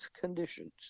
conditions